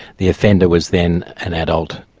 the offender was then an adult.